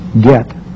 get